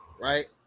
right